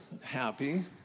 happy